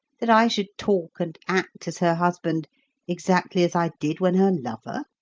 that i should talk and act as her husband exactly as i did when her lover